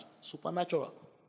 Supernatural